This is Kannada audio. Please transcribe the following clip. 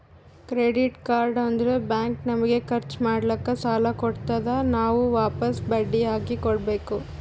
ಕ್ರೆಡಿಟ್ ಕಾರ್ಡ್ ಅಂದುರ್ ಬ್ಯಾಂಕ್ ನಮಗ ಖರ್ಚ್ ಮಾಡ್ಲಾಕ್ ಸಾಲ ಕೊಡ್ತಾದ್, ನಾವ್ ವಾಪಸ್ ಬಡ್ಡಿ ಹಾಕಿ ಕೊಡ್ಬೇಕ